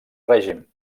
règim